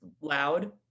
loud